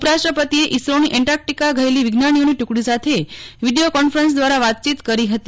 ઉપરાષ્ટ્રપતિએ ઇસરોની એન્ટાર્કટીકા ગયેલી વિજ્ઞાનીઓની ટુકડી સાથે વીડીયો કોન્ફરન્સ દ્વારા વાતચીત કરી હતી